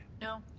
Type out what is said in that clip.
no.